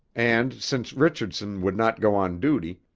and, since richardson would not go on duty,